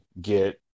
get